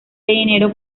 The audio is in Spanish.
dinero